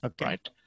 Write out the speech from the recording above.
right